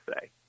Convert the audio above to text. say